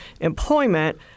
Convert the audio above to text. employment